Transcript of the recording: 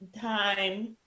time